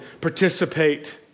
participate